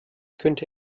könnte